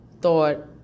thought